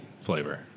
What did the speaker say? flavor